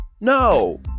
no